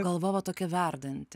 galva va tokia verdanti